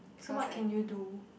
so what can you do